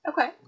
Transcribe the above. Okay